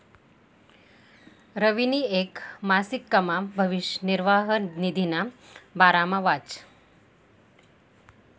रवीनी येक मासिकमा भविष्य निर्वाह निधीना बारामा वाचं